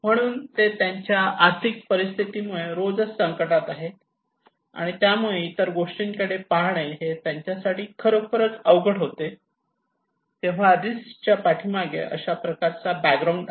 म्हणून ते त्यांच्या आर्थिक परिस्थितीमुळे रोजच संकटात आहेत आणि त्यामुळे इतर गोष्टींकडे पाहणे हे त्यांच्यासाठी खरोखरच अवघड होते तेव्हा रिस्क च्या पाठीमागे अशाप्रकारचा बॅकग्राऊंड आहे